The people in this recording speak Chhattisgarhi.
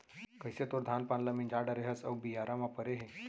कइसे तोर धान पान ल मिंजा डारे हस अउ बियारा म परे हे